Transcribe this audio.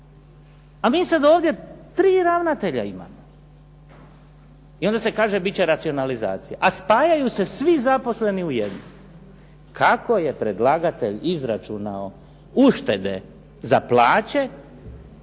A mi sad ovdje tri ravnatelja imamo. I onda se kaže bit će racionalizacija. A spajaju se svi zaposleni u jedno. Kako je predlagatelj izračunao uštede za plaće,